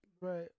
Right